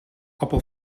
appel